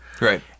Right